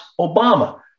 Obama